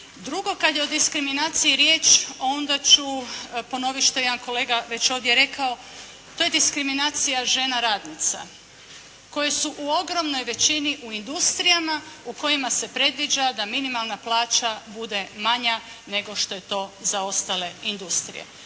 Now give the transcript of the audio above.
Drugo, kad je o diskriminaciji riječ onda ću ponoviti što je jedan kolega već ovdje rekao to je diskriminacija žena radnica koje su u ogromnoj većini u industrijama u kojima se predviđa da minimalna plaća bude manja nego što je to za ostale industrije.